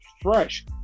fresh